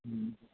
ꯎꯝ